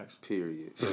period